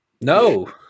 No